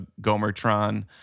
Gomertron